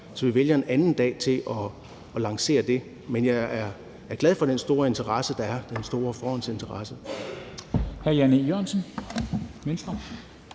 så vi vælger en anden dag til at lancere det. Men jeg er glad for den store forhåndsinteresse, der er. Kl. 09:08 Formanden (Henrik